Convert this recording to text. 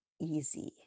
easy